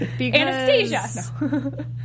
Anastasia